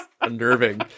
unnerving